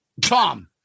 Tom